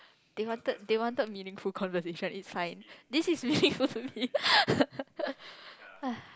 they wanted they wanted me meaningful conversation each time this is really close to me